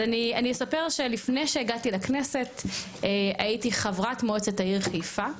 אז אני אספר שלפני שהגעתי לכנסת הייתי חברת מועצת העיר חיפה,